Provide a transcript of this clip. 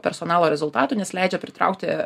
personalo rezultatų nes leidžia pritraukti